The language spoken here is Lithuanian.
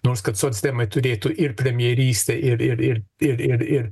nors kad socdemai turėtų ir premjeristę ir ir ir ir ir ir